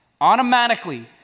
automatically